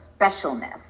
specialness